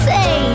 Say